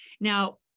Now